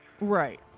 Right